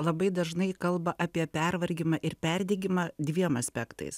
labai dažnai kalba apie pervargimą ir perdegimą dviem aspektais